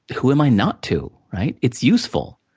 who am i not to? right, it's useful,